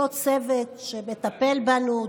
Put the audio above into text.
אותו צוות שמטפל בנו,